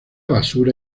basura